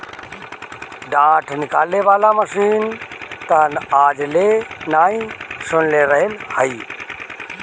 डाँठ निकाले वाला मशीन तअ आज ले नाइ सुनले रहलि हई